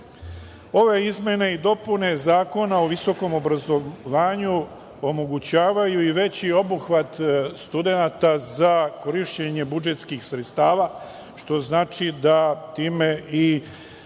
izmene i dopune Zakona o visokom obrazovanju omogućavaju i veći obuhvat studenata za korišćenje budžetskih sredstava, što znači da time